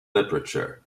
literature